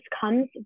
comes